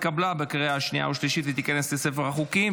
התקבלה בקריאה שנייה ושלישית ותיכנס לספר החוקים.